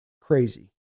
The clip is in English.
crazy